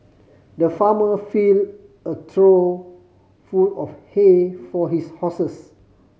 the farmer fill a trough full of hay for his horses